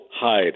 hide